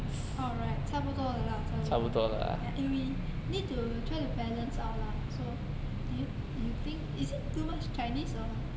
oh right 差不多了 lah 差不多 ya eh we need to try to balance out lah so do you you think is it too much chinese or